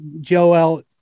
Joel